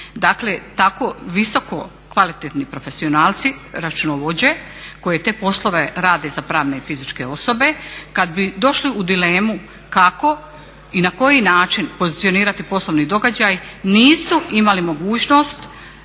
Dakle tako visoko kvalitetni profesionalci, računovođe koji te poslove rade za pravne i fizičke osobe, kad bi došli u dilemu kako i na koji način pozicionirati poslovni događaj, nisu imali mogućnost